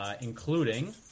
Including